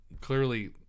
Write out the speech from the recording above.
clearly